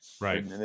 Right